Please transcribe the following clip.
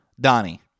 donnie